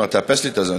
תאפס לי את הזמן,